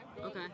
Okay